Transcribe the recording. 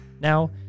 Now